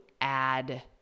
add